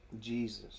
Jesus